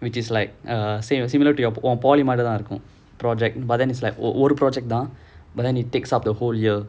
which is like uh same similar to your polytechnic மாறி தான் இருக்கும்:maari thaan irukkum project but then is like ஒரு:oru project தான்:thaan but then it takes up the whole year